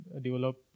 develop